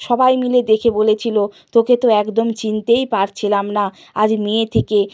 সবাই মিলে দেখে বলেছিল তোকে তো একদম চিনতেই পারছিলাম না আজ মেয়ে থেকে